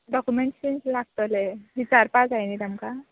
documents कितें लागतले विचारपा जाय न्हय तांकां